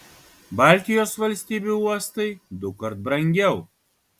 baltijos valstybių uostai dukart brangiau